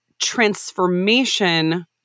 transformation